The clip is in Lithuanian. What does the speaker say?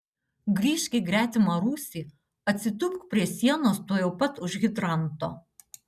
grįžk į gretimą rūsį atsitūpk prie sienos tuojau pat už hidranto